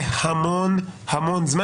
זה המון המון זמן.